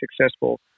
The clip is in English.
successful